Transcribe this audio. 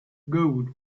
gold